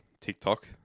TikTok